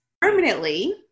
permanently